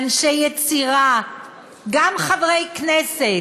אנשי יצירה, גם חברי כנסת,